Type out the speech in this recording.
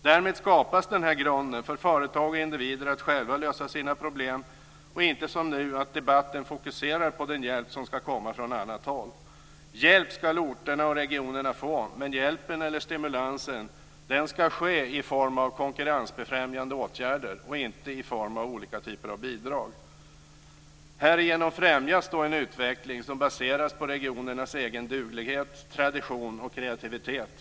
Därmed skapas denna grund för företag och individer att själva lösa sina problem och inte som nu: att debatten fokuserar på den hjälp som ska komma från annat håll. Hjälp ska orterna och regionerna få, men hjälpen eller stimulansen ska ske i form av konkurrensbefrämjande åtgärder och inte i form av olika typer av bidrag. Härigenom främjas då en utveckling som baseras på regionernas egen duglighet, tradition och kreativitet.